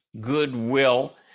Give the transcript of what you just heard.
goodwill